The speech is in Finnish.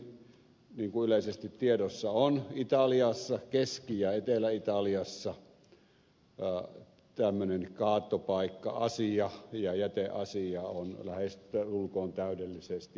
ensinnäkin niin kuin yleisesti tiedossa on italiassa keski ja etelä italiassa tämmöinen kaatopaikka asia ja jäteasia on lähes tulkoon täydellisesti mafian hallussa